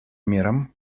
мерам